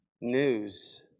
news